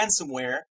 ransomware